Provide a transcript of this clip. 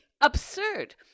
absurd